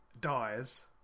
dies